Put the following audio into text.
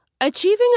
Achieving